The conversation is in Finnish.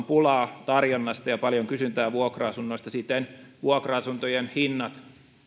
pulaa tarjonnasta ja paljon kysyntää vuokra asunnoista ja siten vuokra asuntojen hinnat